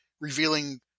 revealing